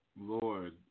Lord